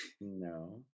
no